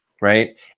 Right